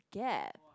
gap